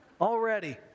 Already